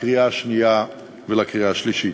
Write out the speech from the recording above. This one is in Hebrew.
לקריאה שנייה ולקריאה שלישית.